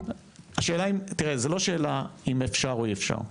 השאלה, תראה, היא לא שאלה אם אפשר או אי-אפשר.